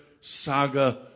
saga